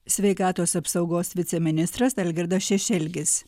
sveikatos apsaugos viceministras algirdas šešelgis